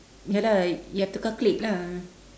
ya lah you have to calculate lah